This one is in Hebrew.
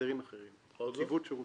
הסדרים אחרים --- שירות המדינה.